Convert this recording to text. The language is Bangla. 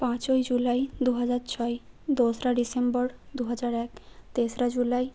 পাঁচই জুলাই দুহাজার ছয় দোসরা ডিসেম্বর দুহাজার এক তেসরা জুলাই